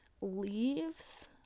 leaves